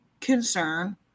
concern